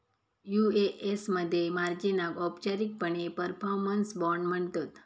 UAS मध्ये मार्जिनाक औपचारिकपणे परफॉर्मन्स बाँड म्हणतत